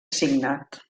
signat